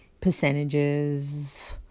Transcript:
percentages